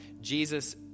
Jesus